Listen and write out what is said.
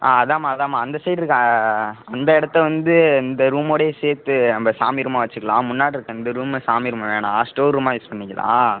ஆ அதாம்மா அதாம்மா அந்த சைடு இருக்க அந்த இடத்த வந்து இந்த ரூம்மோடையே சேர்த்து நம்ம சாமி ரூமா வச்சுக்கலாம் முன்னாடிருக்க இந்த ரூம்ம சாமி ரூம் வேணால் அது ஸ்டோர் ரூம்மா யூஸ் பண்ணிக்கலாம்